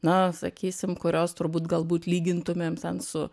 na sakysim kurios turbūt galbūt lygintumėm ten su